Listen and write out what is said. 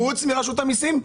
חוץ מרשות המסים,